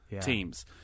teams